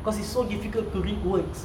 because it's so difficult to read words